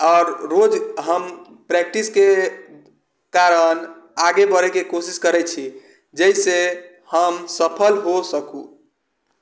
आओर रोज हम प्रैक्टिसके कारण आगे बढ़ैके कोशिश करै छी जाहिसँ हम सफल होइ सकू